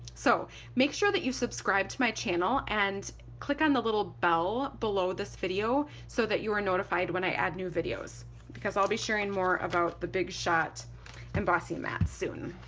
so make sure that you subscribe to my channel and click on the little bell below this video so that you are notified when i add new videos because i'll be sharing more about the big shot embossing mats soon.